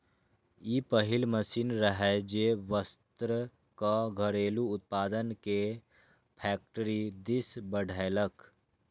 ई पहिल मशीन रहै, जे वस्त्रक घरेलू उत्पादन कें फैक्टरी दिस बढ़ेलकै